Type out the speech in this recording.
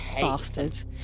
bastards